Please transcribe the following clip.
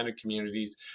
communities